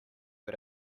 but